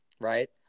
right